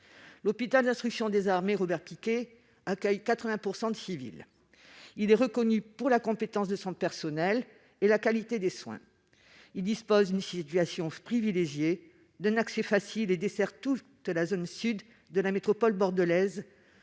L'hôpital d'instruction des armées Robert-Picqué accueille 80 % de civils. Il est reconnu pour la compétence de son personnel et la qualité des soins. Il dispose d'une situation privilégiée, d'un accès facile et dessert toute la zone sud de la métropole bordelaise,